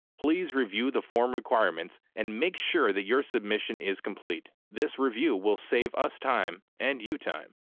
please review the form requirements and make sure that your submission is complete. this review will save us time and you time.